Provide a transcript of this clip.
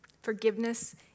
Forgiveness